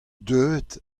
deuet